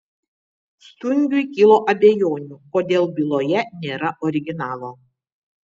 stungiui kilo abejonių kodėl byloje nėra originalo